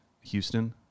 Houston